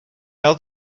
had